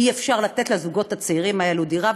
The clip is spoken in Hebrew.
אי-אפשר לתת לזוגות הצעירים האלה דירה,